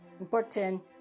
important